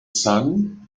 sun